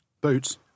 Boots